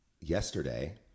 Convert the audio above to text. Yesterday